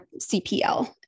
CPL